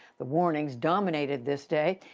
the warnings dominated this day,